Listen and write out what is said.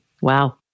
Wow